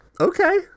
Okay